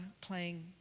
playing